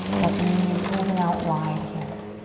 let the knees open out wide here.